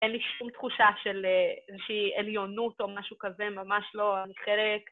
אין לי שום תחושה של איזושהי עליונות או משהו כזה, ממש לא, אני חלק...